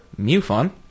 MUFON